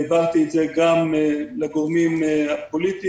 העברתי את זה גם לגורמים הפוליטיים.